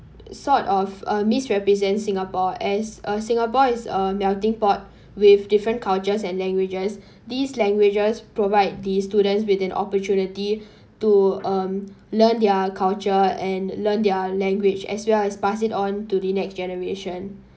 sort of uh misrepresent singapore as uh singapore is a melting pot with different cultures and languages these languages provide the students with an opportunity to um learn their culture and learn their language as well as pass it on to the next generation